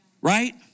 right